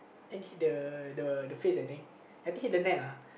and hit the the face I think I think hit the neck lah